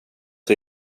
det